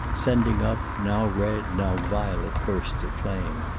sending up, now red, now violet bursts of flame.